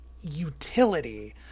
utility